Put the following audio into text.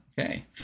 Okay